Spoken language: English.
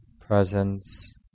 presence